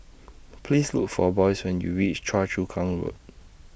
Please Look For Boyce when YOU REACH Choa Chu Kang Road